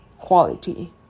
quality